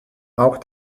auch